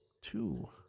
two